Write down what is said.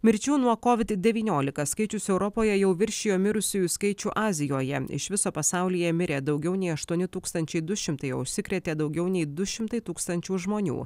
mirčių nuo covid devyniolika skaičius europoje jau viršijo mirusiųjų skaičių azijoje iš viso pasaulyje mirė daugiau nei aštuoni tūkstančiai du šimtai o užsikrėtė daugiau nei du šimtai tūkstančių žmonių